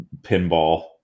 pinball